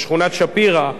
בשכונת-שפירא,